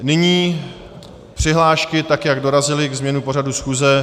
Nyní přihlášky, tak jak dorazily ke změnu pořadu schůze.